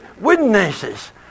witnesses